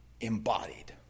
embodied